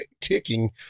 ticking